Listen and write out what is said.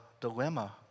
dilemma